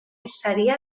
saria